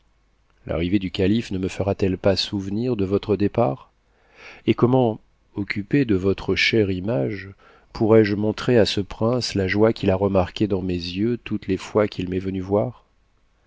l'arrivée du calife ne me fera-t-elle pas souvenir de votre départ et comment occupée de votre chère image pourrai-je montrer à ce prince la joie qu'il a remarquée dans mes yeux toutes les fois qu'il m'est venu voir